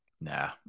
nah